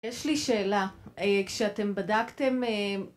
יש לי שאלה, כשאתם בדקתם